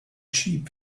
sheep